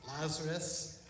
Lazarus